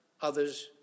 others